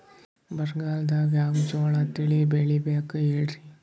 ಬರಗಾಲದಾಗ್ ಯಾವ ಜೋಳ ತಳಿ ಬೆಳಿಬೇಕ ಹೇಳ್ರಿ?